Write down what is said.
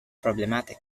problematic